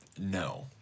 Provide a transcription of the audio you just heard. No